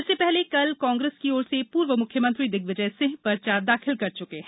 इससे पहले कल कांग्रेस की ओर से पूर्व मुख्यमंत्री दिग्विजय सिंह पर्चा दाखिल कर चुके हैं